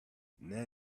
now